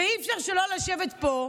ואי-אפשר לשבת פה,